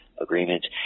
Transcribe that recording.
agreements